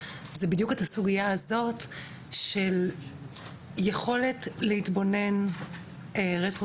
זה בדיוק את הסוגייה הזאת של יכולת להתבונן רטרוספקטיבית,